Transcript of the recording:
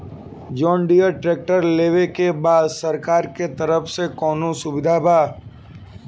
John Deere tractor लेवे के बा सरकार के तरफ से कौनो सुविधा बा?